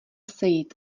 sejít